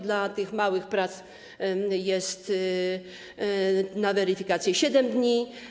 Dla małych prac jest na weryfikację 7 dni.